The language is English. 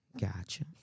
Gotcha